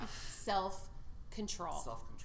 Self-control